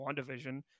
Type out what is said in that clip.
WandaVision